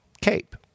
CAPE